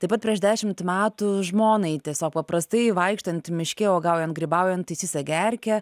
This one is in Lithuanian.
taip pat prieš dešimt metų žmonai tiesiog paprastai vaikštant miške uogaujant grybaujant įsisegė erkė